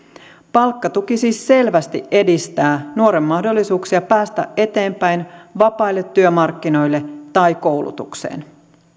palkkatuki siis selvästi edistää nuoren mahdollisuuksia päästä eteenpäin vapaille työmarkkinoille tai koulutukseen